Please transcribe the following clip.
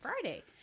friday